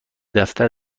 دفتر